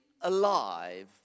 alive